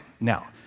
now